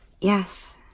Yes